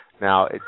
Now